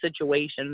situations